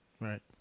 Right